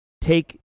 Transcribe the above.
take